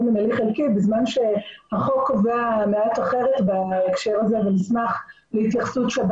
מנהלי חלקי בזמן שהחוק קובע מעט אחרת בהקשר הזה ונשמח להתייחסות שווה